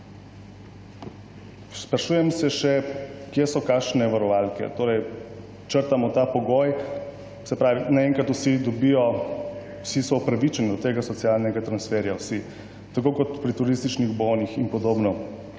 sprašujem se še kje so kakšne varovalke. Torej črtamo ta pogoj, se pravi naenkrat vsi dobijo, vsi so upravičeni do tega socialnega transferja, vsi, tako kot pri turističnih bonih in podobno.